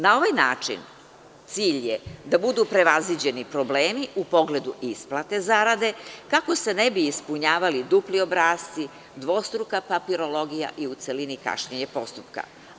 Na ovaj način cilj je da budu prevaziđeni problemi u pogledu isplate zarade kako se ne bi ispunjavali dupli obrasci, dvostruka papirologija i u celini kašnjenje postupka.